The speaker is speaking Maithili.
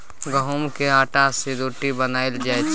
गहुँम केर आँटा सँ रोटी बनाएल जाइ छै